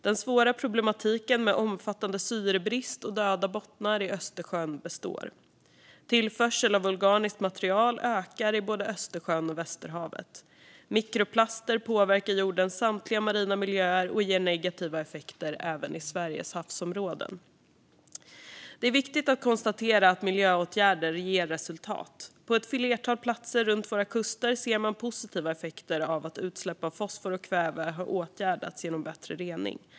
Den svåra problematiken med omfattande syrebrist och döda bottnar i Östersjön består. Tillförseln av organiskt material ökar i både Östersjön och Västerhavet. Mikroplaster påverkar jordens samtliga marina miljöer och ger negativa effekter även i Sveriges havsområden. Det är viktigt att konstatera att miljöåtgärder ger resultat. På ett flertal platser runt våra kuster ser man positiva effekter av att utsläpp av fosfor och kväve har åtgärdats genom bättre rening.